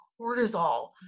cortisol